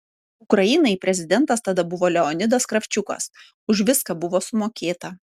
ukrainai prezidentas tada buvo leonidas kravčiukas už viską buvo sumokėta